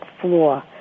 floor